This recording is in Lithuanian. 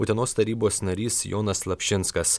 utenos tarybos narys jonas slapšinskas